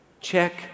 Check